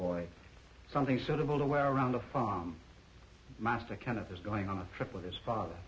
boy something suitable to wear around the fine master kind of his going on a trip with his father